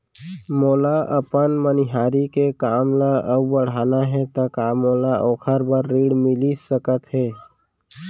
मोला अपन मनिहारी के काम ला अऊ बढ़ाना हे त का मोला ओखर बर ऋण मिलिस सकत हे?